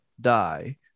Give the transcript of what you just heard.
die